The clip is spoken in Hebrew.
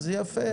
אז יפה.